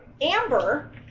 Amber